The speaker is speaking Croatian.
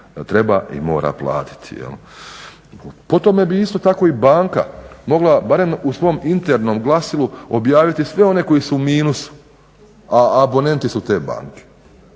treba i mora platiti. Po tome bi isto tako i banka mogla barem u svom internom glasilu objaviti sve one koji su u minusu a bonenti su te banke.